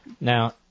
Now